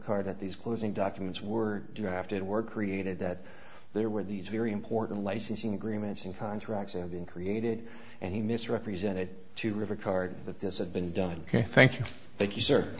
card at these closing documents were drafted were created that there were these very important licensing agreements and contracts and been created and he misrepresented to river card that this had been done thank you thank you sir